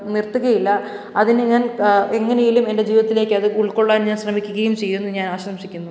നിർത്തുകയില്ല അതിന് ഞാൻ എങ്ങനെയെങ്കിലും എന്റെ ജീവിതത്തിലേക്ക് അത് ഉൾക്കൊള്ളാൻ ഞാൻ ശ്രമിക്കുകയും ചെയ്യും എന്ന് ഞാൻ ആശംസിക്കുന്നു